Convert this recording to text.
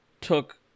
took